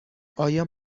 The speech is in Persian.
آیا